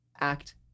act